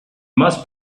must